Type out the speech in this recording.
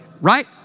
right